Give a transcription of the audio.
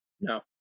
No